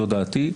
זו דעתי.